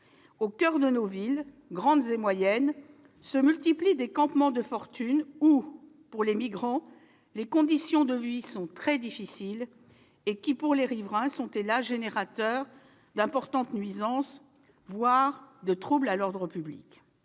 au coeur de nos villes, grandes et moyennes, se multiplient des campements de fortune où, pour les migrants, les conditions de vie sont très difficiles, et qui, pour les riverains, sont hélas générateurs d'importantes nuisances, voire de troubles à l'ordre public,